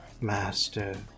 master